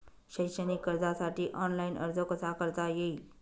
शैक्षणिक कर्जासाठी ऑनलाईन अर्ज कसा करता येईल?